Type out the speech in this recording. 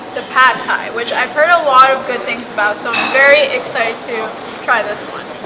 the pad thai which i've heard a lot of good things about so i'm very excited to try this one